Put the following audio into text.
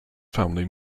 family